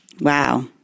Wow